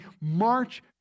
march